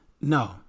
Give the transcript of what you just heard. No